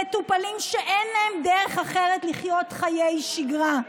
מטופלים שאין להם דרך אחרת לחיות חיי שגרה.